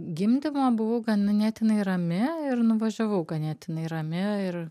gimdymo buvau ganėtinai rami ir nuvažiavau ganėtinai rami ir